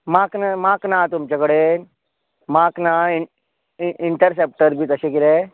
माक ना माक ना तुमचे कडेन माक ना इन्टरसॅप्टर बी तशें कितें